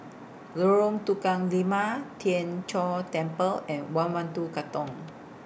Lorong Tukang Lima Tien Chor Temple and one one two Katong